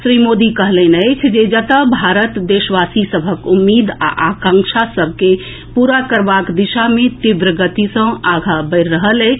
श्री मोदी कहलनि अछि जे जतए भारत देशवासी सभक उम्मीद आ आकांक्षा सभ के पूरा करबाक दिशा मे तीव्र गति सँ आगां बढ़ि रहल अछि